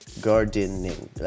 gardening